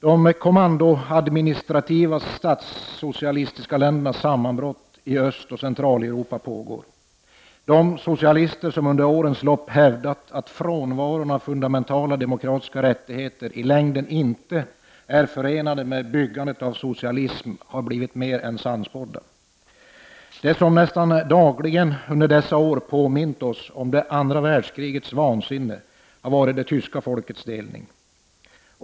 De kommandoadministrativa, statssocialistiska ländernas sammanbrott i Östoch Centraleuropa pågår. De socialister som under årens lopp hävdat att frånvaron av fundamentala demokratiska rättigheter i längden inte är förenlig med byggandet av socialism har blivit mer än sannspådda. Det som nästan dagligen under dessa år påmint oss om det andra världskrigets vansinne har varit det tyska folkets delning.